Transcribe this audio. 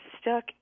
stuck